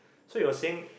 so you were saying